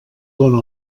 dóna